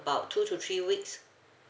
about two to three weeks